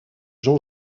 jean